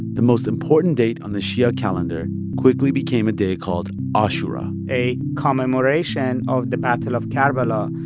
the most important date on the shia calendar quickly became a day called ashura a commemoration of the battle of karbala.